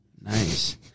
Nice